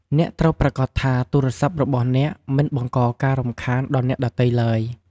អ្នកត្រូវប្រាកដថាទូរស័ព្ទរបស់អ្នកមិនបង្កការរំខានដល់អ្នកដទៃទ្បើយ។